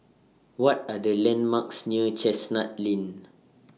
What Are The landmarks near Chestnut Lane